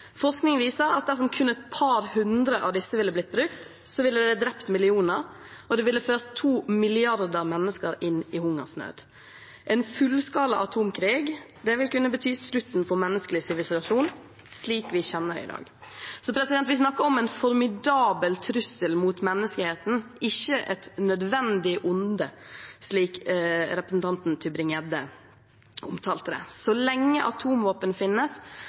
Forskning viser at dersom kun et par hundre av disse hadde blitt brukt, ville det drept millioner av mennesker, og det ville ført 2 milliarder mennesker inn i hungersnød. En fullskala atomkrig vil kunne bety slutten på menneskelig sivilisasjon, slik vi kjenner den i dag. Vi snakker om en formidabel trussel mot menneskeheten, ikke et nødvendig onde, slik representanten Tybring-Gjedde omtalte det som. Så lenge atomvåpen finnes,